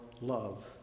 love